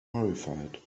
horrified